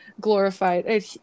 glorified